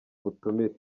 ubutumire